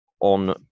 on